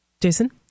Jason